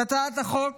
את הצעת החוק